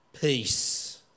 Peace